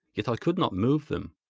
yet i could not move them.